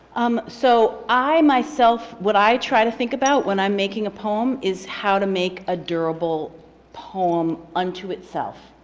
um so i myself, what i try to think about when i'm making a poem is how to make a durable poem unto itself.